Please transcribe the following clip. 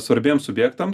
svarbiems subjektams